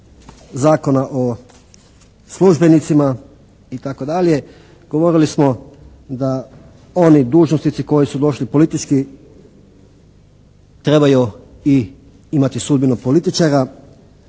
Zakona o službenicima itd., govorili smo da oni dužnosnici koji su došli politički trebaju i imati sudbinu političara